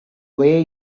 way